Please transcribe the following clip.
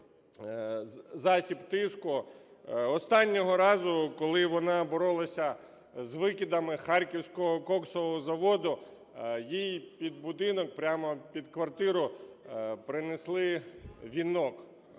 засіб тиску. Останнього разу, коли вона боролася з викидами Харківського коксового заводу, їй під будинок, прямо під квартиру, принесли вінок